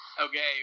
Okay